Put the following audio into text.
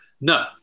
No